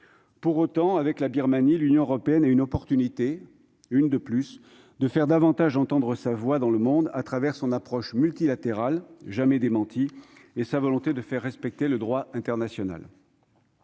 Pour autant, avec la Birmanie, l'Union européenne a une occasion de plus à saisir pour faire davantage entendre sa voix dans le monde, pour défendre son approche multilatérale jamais démentie, et exprimer sa volonté de faire respecter le droit international.